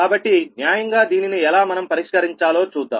కాబట్టి న్యాయంగా దీనిని ఎలా మనం పరిష్కరించాలో చూద్దాం